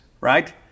right